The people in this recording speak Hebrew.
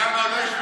שם לא ישמעו.